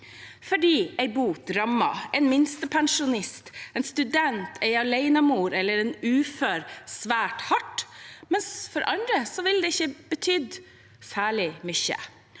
For en bot rammer en minstepensjonist, en student, en alenemor eller en ufør svært hardt, mens den for andre ikke vil bety særlig mye.